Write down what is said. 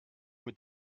mit